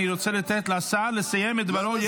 אני רוצה לתת לשר לסיים את דבריו.